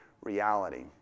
reality